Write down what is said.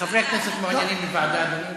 חברי הכנסת מעוניינים לוועדה, אדוני.